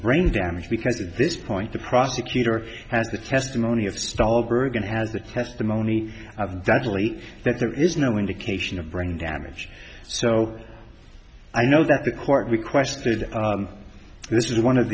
brain damage because at this point the prosecutor has the testimony of stall bergen has the testimony of dr lee that there is no indication of brain damage so i know that the court requested this is one of